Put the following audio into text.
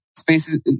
Spaces